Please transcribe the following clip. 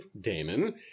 Damon